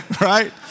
Right